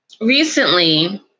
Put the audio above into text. recently